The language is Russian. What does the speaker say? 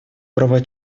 права